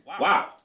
wow